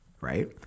right